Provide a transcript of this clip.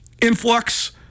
influx